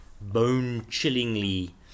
bone-chillingly